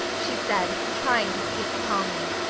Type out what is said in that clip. she said, trying to speak calmly.